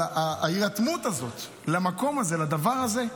אבל אני חושב שההירתמות הזאת למקום הזה, לדבר הזה,